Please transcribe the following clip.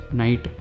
night